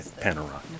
panorama